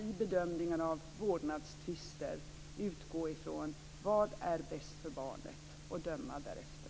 I bedömningen av vårdnadstvister utgår man från det som är bäst för barnet och dömer därefter.